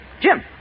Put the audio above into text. Jim